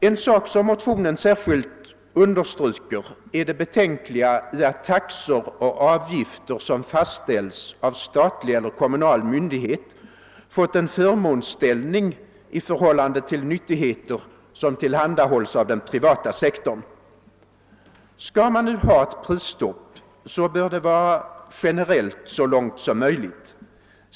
En sak som motionen särskilt understryker är det betänkliga i att taxor och avgifter som fastställs av statlig eller kommunal myndighet fått en förmånsställning i förhållande till nyttigheter som tillhandahålls av den ' privata sektorn. Skall man nu ha ett prisstopp, bör det så långt som möjligt vara generelit.